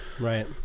Right